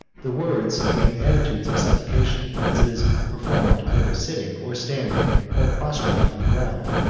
the words and attitudes of supplication, as it is performed either sitting, or standing, or prostrate on the ground,